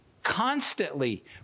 constantly